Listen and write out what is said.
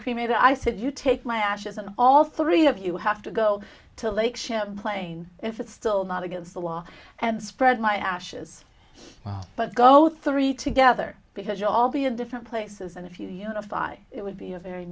cremated i said you take my ashes and all three of you have to go to lake champlain if it's still not against the law and spread my ashes but go three together because you all be in different places and if you notify it would be a very